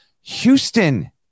Houston